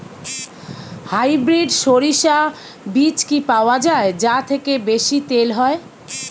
Hybrid শরিষা বীজ কি পাওয়া য়ায় যা থেকে বেশি তেল হয়?